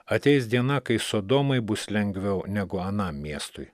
ateis diena kai sodomai bus lengviau negu anam miestui